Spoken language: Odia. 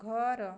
ଘର